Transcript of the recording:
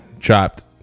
chopped